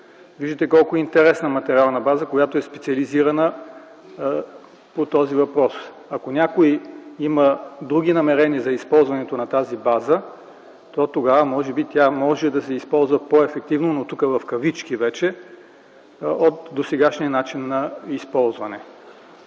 Виждате колко интересна материална база, която е специализирана по този въпрос. Ако някой има други намерения за използването на тази база, то тогава може би, тя може да се използва по-ефективно, но тука в кавички вече – от досегашния начин на използване.